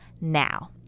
Now